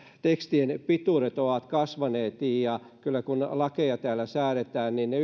tekstien pituudet ovat kasvaneet ja kyllä kun lakeja täällä säädetään niin ne